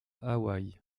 hawaii